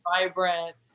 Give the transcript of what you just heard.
vibrant